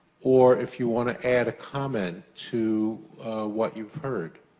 or if you wanna add a comment to what you've heard.